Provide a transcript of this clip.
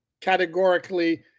categorically